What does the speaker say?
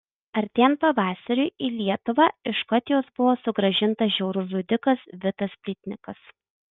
artėjant pavasariui į lietuvą iš škotijos buvo sugrąžintas žiaurus žudikas vitas plytnikas